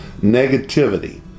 Negativity